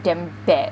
damn bad